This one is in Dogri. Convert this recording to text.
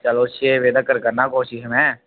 चलो छे बजे तक्कर करना कोशिश में